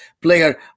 player